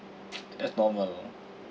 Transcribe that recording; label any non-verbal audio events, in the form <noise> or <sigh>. <noise> that's normal